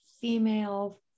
female